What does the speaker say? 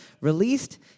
released